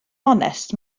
onest